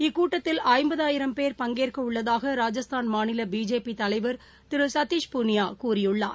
இக்கூட்டத்தில் ஐம்பதாயிரம் பேர் பங்கேற்கவுள்ளதாக ராஜஸ்தான் மாநில பிஜேபி தலைவர் திரு சத்தீஷ் பூனியா கூறியுள்ளார்